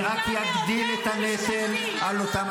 --- זה רק יגדיל את הנטל על אותם,